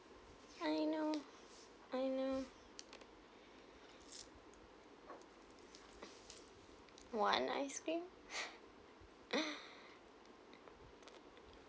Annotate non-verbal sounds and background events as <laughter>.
I know I know one ice cream <laughs> <breath>